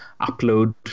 upload